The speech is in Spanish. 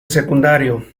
secundario